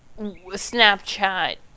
Snapchat